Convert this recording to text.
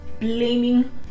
blaming